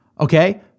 Okay